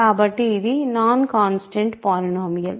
కాబట్టి ఇది non constant polynomial